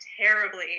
terribly